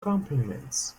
compliments